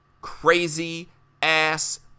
crazy-ass